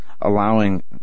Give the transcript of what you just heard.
allowing